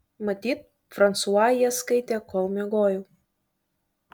matyt fransua jas skaitė kol miegojau